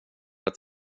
att